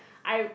I